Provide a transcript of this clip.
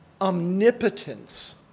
omnipotence